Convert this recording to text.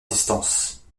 distance